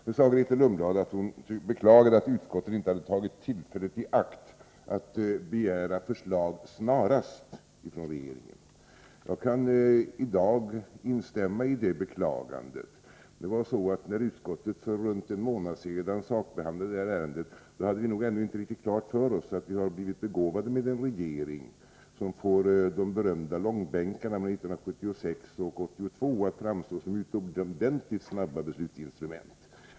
Nu sade Grethe Lundblad att hon beklagade att utskottet inte tagit tillfället i akt att begära förslag snarast från regeringen. Jag kan i dag instämma i det beklagandet. När utskottet för runt en månad sedan sakbehandlade detta ärende, hade vi nog ännu inte riktigt klart för oss att vi har blivit begåvade med en regering som får de berömda långbänkarna mellan 1976 och 1982 att framstå som utomordentligt snabba beslutsinstrument.